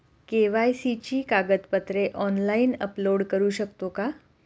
KYC ची कागदपत्रे online upload करू शकतो का?